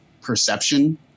perception